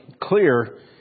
clear